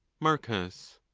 marcus.